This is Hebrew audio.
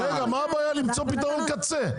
מה הבעיה למצוא פתרון קצה?